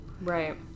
Right